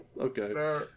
Okay